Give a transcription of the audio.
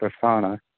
persona